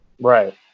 Right